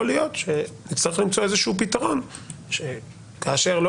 יכול להיות שנצטרך למצוא איזשהו פתרון שכאשר לא